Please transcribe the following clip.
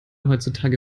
heutzutage